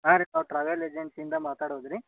ಹಾಂ ರೀ ನಾವು ಟ್ರಾವೆಲ್ ಏಜನ್ಸಿ ಇಂದ ಮಾತಾಡೋದು ರೀ